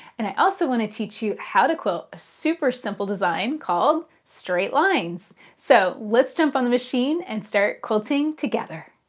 and i also want to teach you how to quilt a super simple design called straight lines! so, let's jump on the machine and start quilting together.